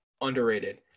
underrated